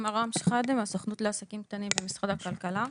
מראם שחאדה, מהסוכנות לעסקים קטנים במשרד הכלכלה.